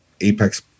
apex